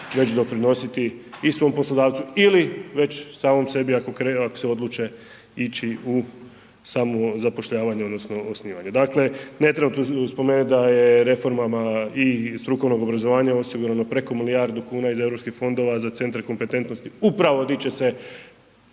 već doprinositi i svom poslodavcu ili već samom sebi ako se odluče ići u samozapošljavanje odnosno osnivanje. Dakle, ne treba tu spomenuti da je reformama i strukovnog obrazovanja osigurano preko milijardu kuna iz EU fondova za centar kompetentnosti upravo gdje će